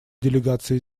делегации